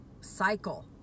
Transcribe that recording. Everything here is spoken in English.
cycle